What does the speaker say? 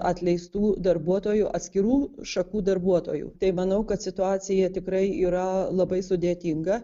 atleistų darbuotojų atskirų šakų darbuotojų tai manau kad situacija tikrai yra labai sudėtinga